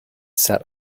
sat